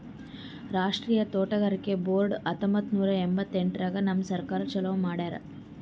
ರಾಷ್ಟ್ರೀಯ ತೋಟಗಾರಿಕೆ ಬೋರ್ಡ್ ಹತ್ತೊಂಬತ್ತು ನೂರಾ ಎಂಭತ್ತೆಂಟರಾಗ್ ನಮ್ ಸರ್ಕಾರ ಚಾಲೂ ಮಾಡ್ಯಾರ್